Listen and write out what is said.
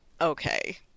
Okay